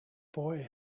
boy